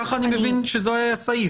כך אני מבין שזה הסעיף.